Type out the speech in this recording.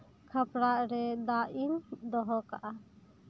ᱠᱷᱟᱯᱨᱟ ᱨᱮ ᱫᱟᱜ ᱤᱧ ᱫᱚᱦᱚ ᱠᱟᱜᱼᱟ